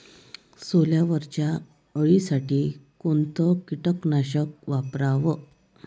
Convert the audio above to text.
सोल्यावरच्या अळीसाठी कोनतं कीटकनाशक वापराव?